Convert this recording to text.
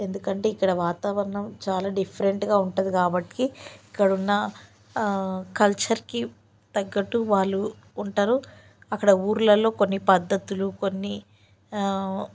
ఎందుకంటే ఇక్కడ వాతావరణం చాలా డిఫరెంట్గా ఉంటుంది కాబట్టి ఇక్కడ ఉన్న కల్చర్కి తగ్గట్టు వాళ్ళు ఉంటారు అక్కడ ఊళ్ళలో కొన్ని పద్ధతులు కొన్ని